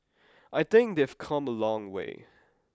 I think they've come a long way